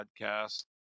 podcast